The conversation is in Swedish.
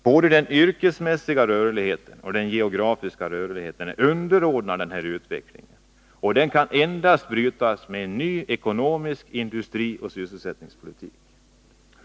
Både den yrkesmässiga rörligheten och den geografiska rörligheten är underordnade denna utveckling. Den kan endast brytas med en ny ekonomisk politik och en ny industrioch sysselsättningspolitik.